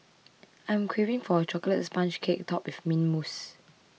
I am craving for a Chocolate Sponge Cake Topped with Mint Mousse